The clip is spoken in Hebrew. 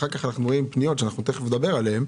אחר כך אנחנו רואים פניות, שתכף נדבר עליהן,